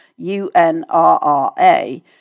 UNRRA